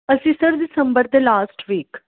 ਅਸੀਂ sir December ਦੇ last week